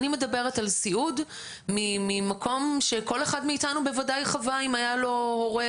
אני מדברת על סיעוד ממקום שכל אחד מאיתנו בוודאי חווה אם היה לו הורה